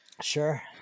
Sure